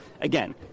Again